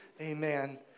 Amen